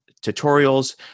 tutorials